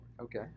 Okay